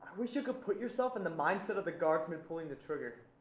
wish you could put yourself in the mindset of the guardsmen pulling the trigger.